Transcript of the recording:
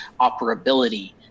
operability